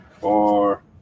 four